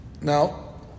Now